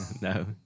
No